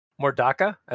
Mordaka